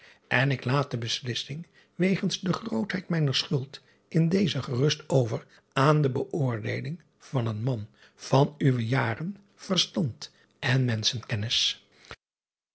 en ik laat de beslissing wegens de grootheid mijner schuld in dezen gerust over aan de beoordeeling van een man van uwe jaren verstand en